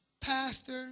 pastor